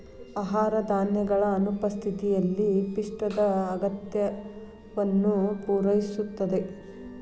ಆಹಾರ ಧಾನ್ಯಗಳ ಅನುಪಸ್ಥಿತಿಯಲ್ಲಿ ಪಿಷ್ಟದ ಅಗತ್ಯವನ್ನು ಪೂರೈಸುತ್ತದೆ